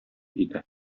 иде